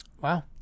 Wow